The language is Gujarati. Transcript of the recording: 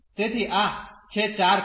તેથી આ છે ચાર કર્વ